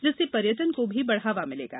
जिससे पर्यटन को भी बढ़ावा मिलेगा